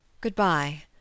Goodbye